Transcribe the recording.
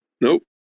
Nope